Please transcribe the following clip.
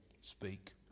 Speak